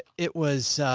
it was,